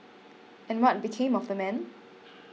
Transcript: and what became of the man